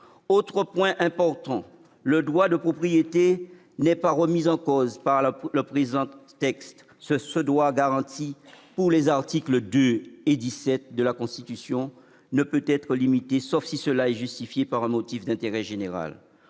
Autre point important : le droit de propriété n'est pas remis en cause par le présent texte. Ce droit, garanti par les articles 2 et 17 de la Constitution, ne peut être limité, sauf s'il s'agit d'un motif d'intérêt général.